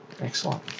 excellent